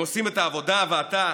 הם עושים את העבודה, ואתה